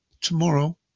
tomorrow